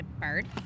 Bird